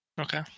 Okay